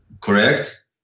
Correct